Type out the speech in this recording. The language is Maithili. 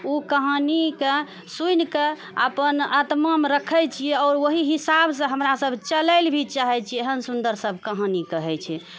ओ कहानीके सुनिके अपन आत्मामे रखैत छिऔ आओर ओहि हिसाबसँ हमरासभ चलए लए भी चाहैत छिऐ एहन सुन्दर सभ कहानी कहैत छै